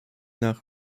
nach